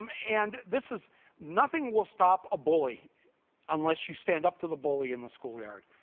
um and this is nothing will stop a bully unless you stand up to the bully in the school yard.